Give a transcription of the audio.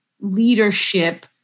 leadership